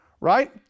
right